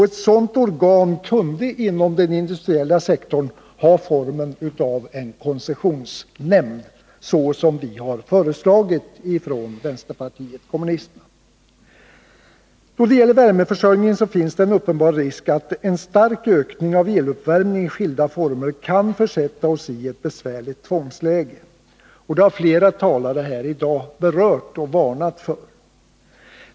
Ett sådant organ kunde inom den industriella sektorn ha formen av en koncessionsnämnd, såsom vi från vänsterpartiet kommunisterna har föreslagit. Då det gäller värmeförsörjningen finns en uppenbar risk att en stark ökning av eluppvärmning i skilda former kan försätta oss i ett besvärligt tvångsläge. Det har flera talare berört i dag och varnat för.